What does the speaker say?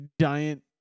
giant